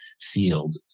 field